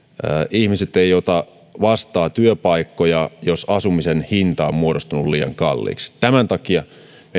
ihmiset eivät ota vastaan työpaikkoja jos asumisen hinta on muodostunut liian kalliiksi tämän takia meidän